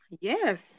yes